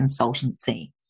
consultancy